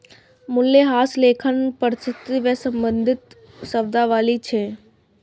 मूल्यह्रास लेखांकन पद्धति सं संबंधित शब्दावली छियै